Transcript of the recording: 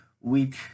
week